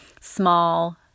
small